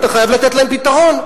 אתה חייב לתת להם פתרון.